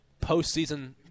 postseason